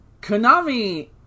konami